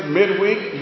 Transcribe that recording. midweek